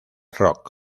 rock